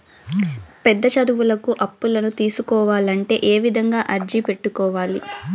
పెద్ద చదువులకు అప్పులను తీసుకోవాలంటే ఏ విధంగా అర్జీ పెట్టుకోవాలి?